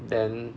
then